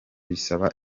bisaba